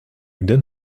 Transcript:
then